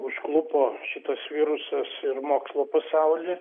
užklupo šitas virusas ir mokslo pasaulį